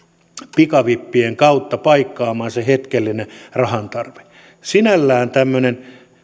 pikavippien kautta paikkaamaan sen hetkellisen rahantarpeen sinällään tämmöinen